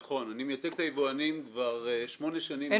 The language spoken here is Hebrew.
נכון, אני מייצג את היבואנים כבר שמונה שנים.